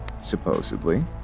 supposedly